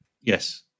Yes